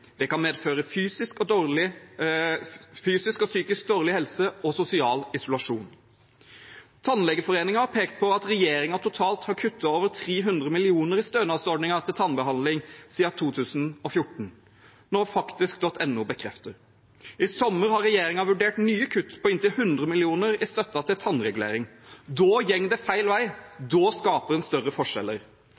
Det kan medføre dårligere fysisk og psykisk helse og sosial isolasjon.» Tannlegeforeningen har pekt på at regjeringen totalt har kuttet over 300 mill. kr i stønadsordningen til tannbehandling siden 2014, noe faktisk.no bekrefter. I sommer har regjeringen vurdert nye kutt på inntil 100 mill. kr i støtten til tannregulering. Da går det feil vei. Da skaper en større forskjeller.